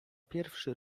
pierwszy